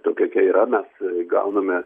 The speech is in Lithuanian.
tokia kai yra mes gauname